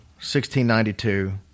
1692